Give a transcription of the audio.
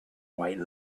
white